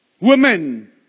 women